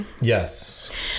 Yes